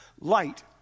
light